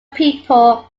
people